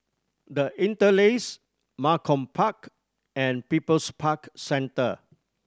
The Interlace Malcolm Park and People's Park Centre